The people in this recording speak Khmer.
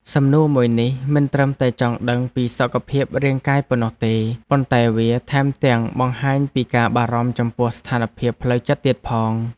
សំណួរមួយនេះមិនត្រឹមតែចង់ដឹងពីសុខភាពរាងកាយប៉ុណ្ណោះទេប៉ុន្តែវាថែមទាំងបង្ហាញពីការបារម្ភចំពោះស្ថានភាពផ្លូវចិត្តទៀតផង។